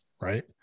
Right